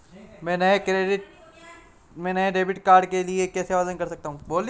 मैं नए debit card के लिए कैसे आवेदन कर सकता हूँ?